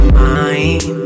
mind